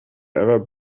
ever